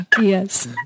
Yes